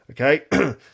okay